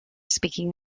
speaking